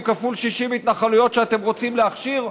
כפול 60 התנחלויות שאתם רוצים להכשיר?